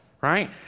right